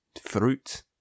Fruit